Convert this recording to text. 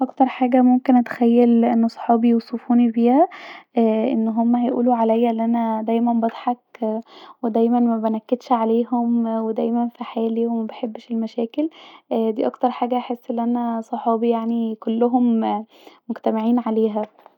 اكتر حاجه ممكن اتخيل أن صحابي ممكن يصفوني بيها ااا أن هما هيقولو عليا دايما بضحك ودايما مابنكدش عليهم ودايما في حالي ومبحبش المشاكل اااا دي اكتر حاجه هحس أن انا صحابي يعني كلهم مجتمعين عليها